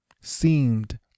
seemed